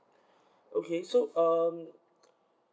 okay so um